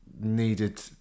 needed